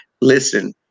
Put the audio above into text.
listen